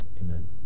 amen